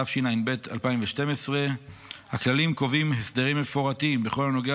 התשע"ב 2012. הכללים קובעים הסדרים מפורטים בכל הנוגע